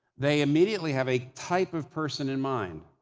they immediately have a type of person in mind.